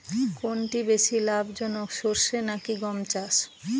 কোনটি বেশি লাভজনক সরষে নাকি গম চাষ?